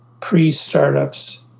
pre-startups